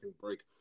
break